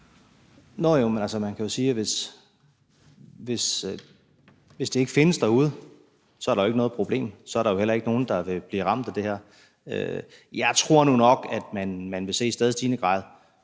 Nå jo, men altså, man kan jo sige, at hvis det ikke findes derude, er der jo ikke noget problem. Så der er heller ikke nogen, der vil blive ramt af det her. Jeg tror nu nok, at man vil se det i